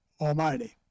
Almighty